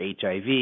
HIV